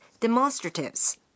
demonstratives